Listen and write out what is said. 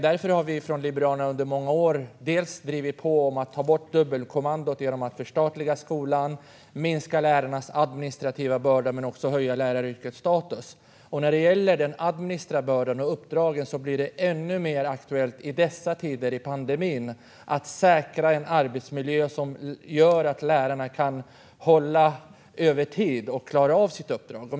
Därför har vi från Liberalerna under många år drivit på för att ta bort dubbelkommandot genom att förstatliga skolan, för att minska lärarnas administrativa börda och för att höja läraryrkets status. När det gäller den administrativa bördan och uppdragen blir det ännu mer aktuellt i dessa tider, under pandemin, att säkra en arbetsmiljö som gör att lärarna kan hålla över tid och klara av sitt uppdrag.